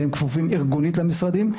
והם כפופים ארגונית למשרדים.